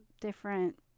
different